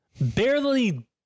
barely